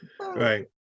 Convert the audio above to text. Right